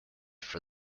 for